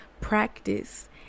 practice